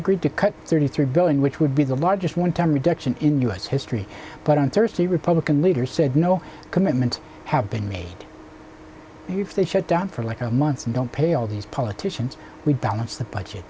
agreed to cut thirty three billion which would be the largest one time reduction in u s history but on thursday republican leaders said no commitment have been made if they shut down for like a month and don't pay all these politicians we balance the budget